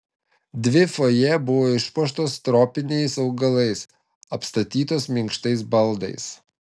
dvi fojė buvo išpuoštos tropiniais augalais apstatytos minkštais baldais